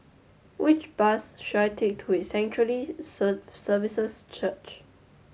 which bus should I take to His Sanctuary Services Church